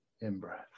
in-breath